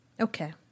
Okay